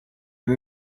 and